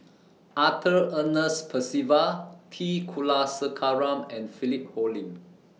Arthur Ernest Percival T Kulasekaram and Philip Hoalim